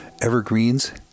evergreens